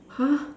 !huh!